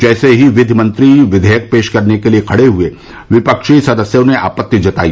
जैसे ही विधि मंत्री विधेयक पेश करने के लिए खड़े हुए विपक्षी सदस्यों ने आपत्ति जताई